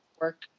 work